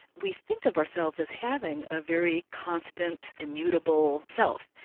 we think of ourselves as having a very constant, immutable self.